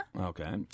Okay